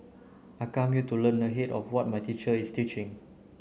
I come here to learn ahead of what my teacher is teaching